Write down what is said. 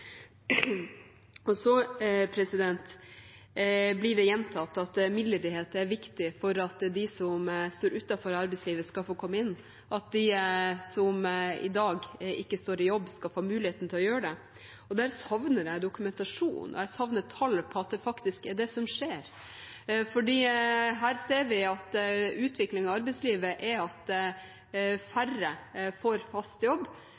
Så blir det gjentatt at midlertidighet er viktig for at de som står utenfor arbeidslivet, skal få komme inn, og at de som i dag ikke står i jobb, skal få muligheten til å gjøre det. Der savner jeg dokumentasjon, jeg savner tall på at det faktisk er det som skjer. Her ser vi at utviklingen i arbeidslivet er at færre får fast jobb,